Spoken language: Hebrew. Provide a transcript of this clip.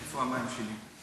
איפה המים שלי?